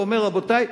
ואומר: רבותי,